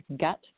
gut